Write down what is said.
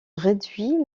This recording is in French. réduit